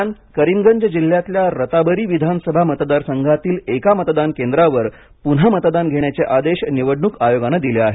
दरम्यान करीमगंज जिल्ह्यातील्या रताबरी विधानसभा मतदार संघातील एका मतदान केंद्रावर पुन्हा मतदान घेण्याचे आदेश निवडणूक आयोगाने दिले आहेत